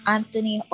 Anthony